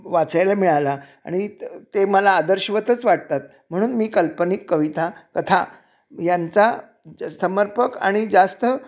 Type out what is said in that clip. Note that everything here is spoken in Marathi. वाचायला मिळाला आणि त ते मला आदर्शवतच वाटतात म्हणून मी कल्पनिक कविता कथा यांचा ज समर्पक आणि जास्त